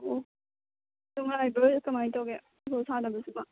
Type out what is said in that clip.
ꯑꯣ ꯅꯨꯡꯉꯥꯏꯕ꯭ꯔꯣ ꯀꯃꯥꯏꯅ ꯇꯧꯒꯦ ꯐꯨꯠꯕꯣꯜ ꯁꯥꯟꯅꯕꯁꯤꯕꯣ